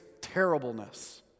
terribleness